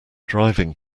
driving